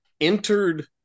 entered